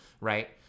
right